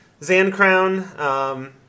Zancrown